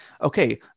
okay